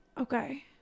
okay